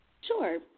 Sure